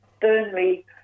Burnley